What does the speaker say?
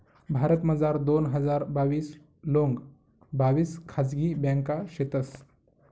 भारतमझार दोन हजार बाविस लोंग बाविस खाजगी ब्यांका शेतंस